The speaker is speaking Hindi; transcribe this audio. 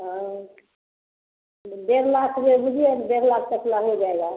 हाँ डेढ़ लाख ले लीजिए डेढ़ लाख तक लग हो जाएगा